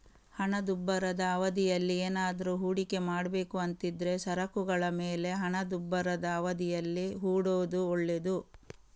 ಹಣದುಬ್ಬರದ ಅವಧಿಯಲ್ಲಿ ಏನಾದ್ರೂ ಹೂಡಿಕೆ ಮಾಡ್ಬೇಕು ಅಂತಿದ್ರೆ ಸರಕುಗಳ ಮೇಲೆ ಹಣದುಬ್ಬರದ ಅವಧಿಯಲ್ಲಿ ಹೂಡೋದು ಒಳ್ಳೇದು